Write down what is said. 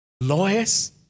lawyers